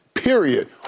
period